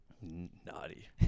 Naughty